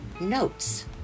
notes